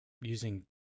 using